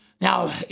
Now